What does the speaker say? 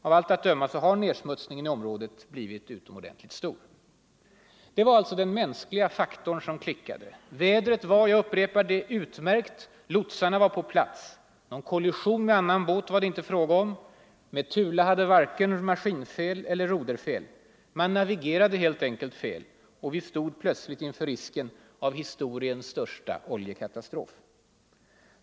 Av allt att döma har nedsmutsningen i området blivit utomordentligt stor. Det var alltså den mänskliga faktorn som klickade. Vädret var, jag upprepar det, utmärkt och lotsarna var på plats. Någon kollision med annan båt var det inte fråga om. ”Metula” hade varken maskinfel eller roderfel. Man navigerade helt enkelt fel — och vi stod plötsligt inför risken av historiens största oljekatastrof.